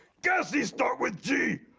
gassy start with g!